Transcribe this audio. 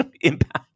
impact